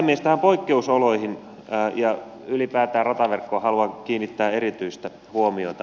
näihin poikkeusoloihin ja ylipäätään rataverkkoon haluan kiinnittää erityistä huomiota